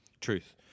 truth